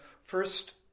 first